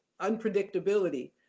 unpredictability